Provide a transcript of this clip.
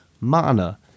mana